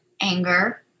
anger